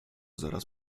zaraz